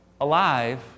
alive